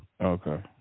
Okay